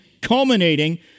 culminating